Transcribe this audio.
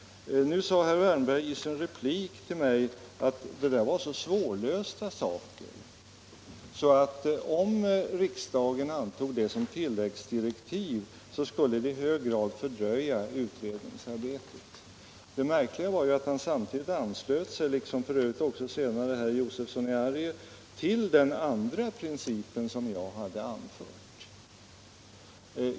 Nu sade herr Wärnberg i sin replik till mig att detta var så svårlösta saker att det, om riksdagen antog sådana tilläggsdirektiv, skulle i hög grad fördröja utredningsarbetet. Det märkliga var ju att han samtidigt, liksom f. ö. också senare herr Josefson i Arrie, anslöt sig till den andra av de principer som jag hade anfört.